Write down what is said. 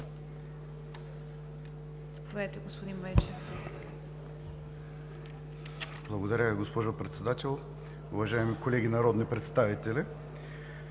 Благодаря, госпожо Председател! Уважаеми колеги, народни представители!